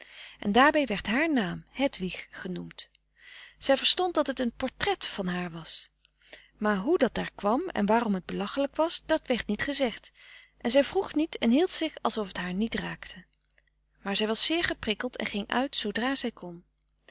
en daarbij werd haar naam hedwig genoemd zij verstond dat het een portret van haar was maar hoe dat daar kwam en waarom het belachelijk was dat werd niet gezegd en zij vroeg niet en hield zich alsof t haar niet raakte maar zij was zeer geprikkeld en ging uit zoodra zij kon